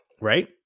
right